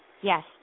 Yes